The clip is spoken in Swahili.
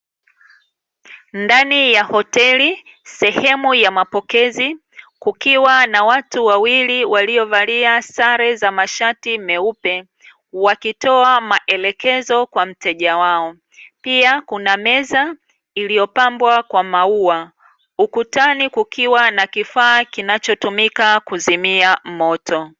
Ndani ya hoteli sehemu ya mapokezi kukiwa na watu wawili waliovalia sare za mashati meupe wakitoa maelekezo kwa mteja wao, pia kuna meza iliyopambwa kwa maua ukutani kukiwa na kifaa kinachotumika kuzimia moto.